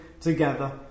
together